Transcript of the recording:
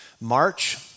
March